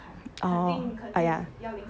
oh !aiya!